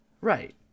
right